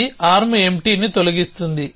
ఇది ఆర్మ్ ఎంప్టీని తొలగిస్తుంది